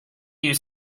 you